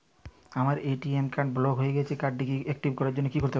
আমার ATM card block হয়ে গেছে কার্ড টি একটিভ করার জন্যে কি করতে হবে?